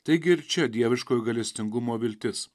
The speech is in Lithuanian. taigi ir čia dieviškojo gailestingumo viltis